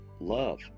love